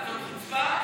זאת חוצפה,